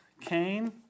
Cain